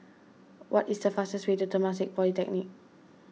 what is the fastest way to Temasek Polytechnic